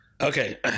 Okay